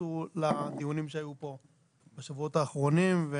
שהתייחסו לדיונים שהיו פה בשבועות האחרונים.